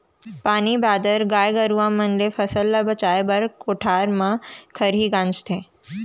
पानी बादर, गाय गरूवा मन ले फसल ल बचाए बर कोठार म खरही गांजथें